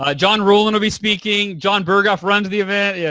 ah john ruhlin will be speaking. jon berghoff runs the event. yeah